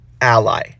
ally